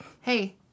Hey